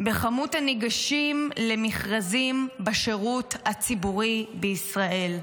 בכמות הניגשים למכרזים בשירות הציבורי בישראל.